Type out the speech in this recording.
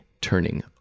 turning